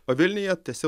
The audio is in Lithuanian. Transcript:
o vilniuje tęsiau